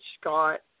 Scott